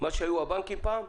מה שהיו הבנקים פעם,